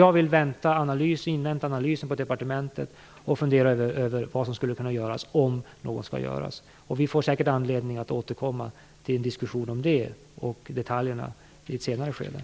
Jag vill invänta analysen från departementet och sedan fundera över vad som kan göras om något skall göras. Vi får säkert anledning att återkomma till diskussionen när det gäller detaljerna omkring det.